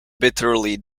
bitterly